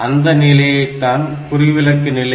அந்த நிலைதான் குறிவிலக்க நிலை